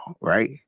right